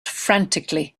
frantically